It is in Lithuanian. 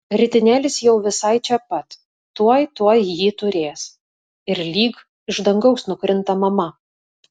ritinėlis jau visai čia pat tuoj tuoj jį turės ir lyg iš dangaus nukrinta mama